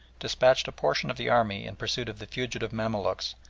despatched a portion of the army in pursuit of the fugitive mamaluks,